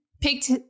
picked